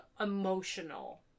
emotional